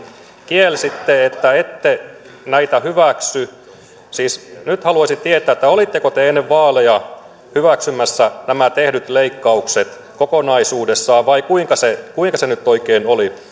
kielsitte että ette näitä hyväksy siis nyt haluaisin tietää olitteko te ennen vaaleja hyväksymässä nämä tehdyt leikkaukset kokonaisuudessaan vai kuinka se kuinka se nyt oikein oli